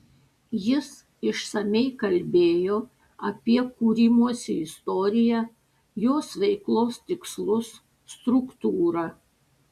jis išsamiai kalbėjo apie kūrimosi istoriją jos veiklos tikslus struktūrą